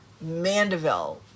mandeville